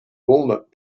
walnut